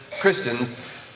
Christians